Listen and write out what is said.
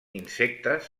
insectes